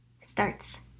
starts